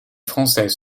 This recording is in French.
française